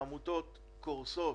העמותות קורסות